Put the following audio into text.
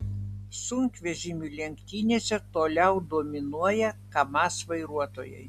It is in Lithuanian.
sunkvežimių lenktynėse toliau dominuoja kamaz vairuotojai